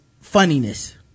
funniness